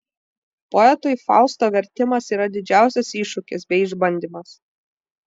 poetui fausto vertimas yra didžiausias iššūkis bei išbandymas